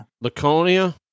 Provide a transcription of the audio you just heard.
Laconia